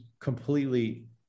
completely